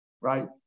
right